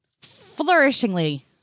Flourishingly